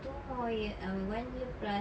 two more one year plus